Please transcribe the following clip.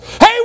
hey